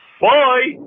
bye